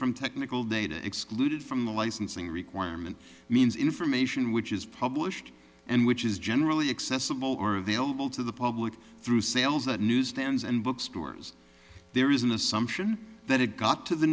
from technical data excluded from the licensing requirement means information which is published and which is generally accessible or available to the public through sales at newsstands and bookstores there is an assumption that it got to the